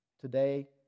Today